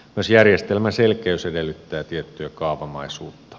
myös järjestelmän selkeys edellyttää tiettyä kaavamaisuutta